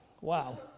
Wow